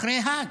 אחרי האג.